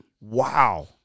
Wow